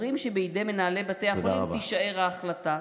אומרים שבידי מנהלי בתי החולים תישאר ההחלטה,